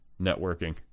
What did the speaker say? Networking